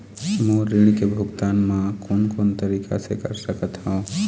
मोर ऋण के भुगतान म कोन कोन तरीका से कर सकत हव?